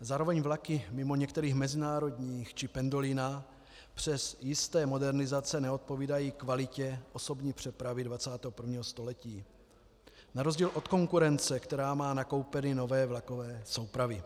Zároveň vlaky mimo některých mezinárodních či Pendolina přes jisté modernizace neodpovídají kvalitě osobní přepravy 21. století, Na rozdíl od konkurence, která má nakoupeny nové vlakové soupravy.